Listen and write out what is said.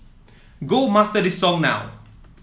go master this song now